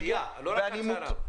העשייה, לא רק ההצהרה.